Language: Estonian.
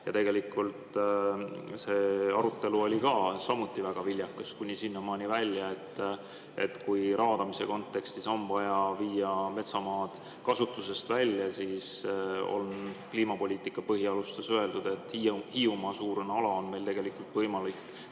Tegelikult see arutelu oli samuti väga viljakas, kuni sinnamaani välja, et kui raadamise kontekstis on vaja viia metsamaad kasutusest välja, siis kliimapoliitika põhialustes on öeldud, et Hiiumaa‑suurune ala on meil tegelikult võimalik